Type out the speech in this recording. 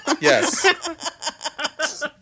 Yes